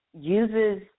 uses